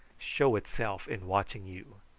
show itself in watching you.